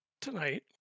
tonight